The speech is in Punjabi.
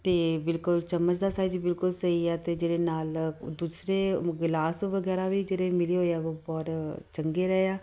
ਅਤੇ ਬਿਲਕੁਲ ਚਮਚ ਦਾ ਸਾਈਜ਼ ਬਿਲਕੁਲ ਸਹੀ ਆ ਅਤੇ ਜਿਹੜੇ ਨਾਲ ਦੂਸਰੇ ਗਿਲਾਸ ਵਗੈਰਾ ਵੀ ਜਿਹੜੇ ਮਿਲੇ ਹੋਏ ਆ ਉਹ ਬਹੁਤ ਚੰਗੇ ਰਹੇ ਆ